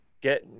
Get